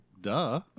duh